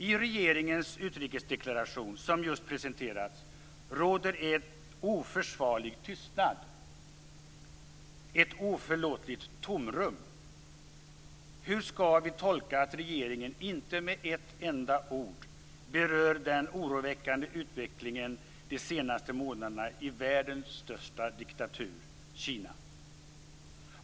I regeringens utrikesdeklaration som just presenterats råder en oförsvarlig tystnad - ett oförlåtligt tomrum. Hur skall vi tolka att regeringen inte med ett enda ord berör den oroväckande utvecklingen under de senaste månaderna i världens största diktatur - Kina?